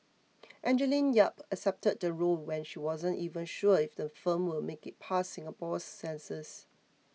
Angeline Yap accepted the role when she wasn't even sure if the film will make it past Singapore's censors